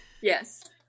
Yes